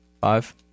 Five